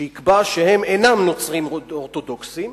שיקבע שהם אינם נוצרים אורתודוקסים.